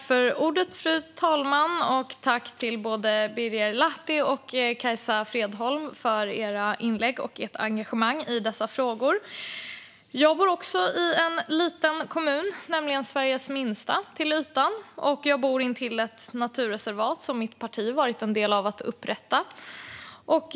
Fru talman! Tack, Birger Lahti och Kajsa Fredholm, för era inlägg och ert engagemang i dessa frågor! Jag bor också i en liten kommun, Sveriges till ytan minsta, och jag bor intill ett naturreservat som mitt parti varit med om att upprätta.